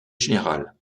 générale